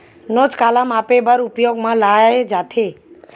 नोच काला मापे बर उपयोग म लाये जाथे?